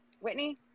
Whitney